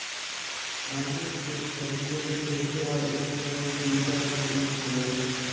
आलू के सबले बढ़िया उपजाऊ बीजा कौन हवय?